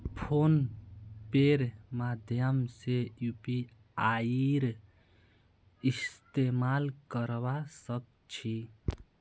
phone पेर माध्यम से यूपीआईर इस्तेमाल करवा सक छी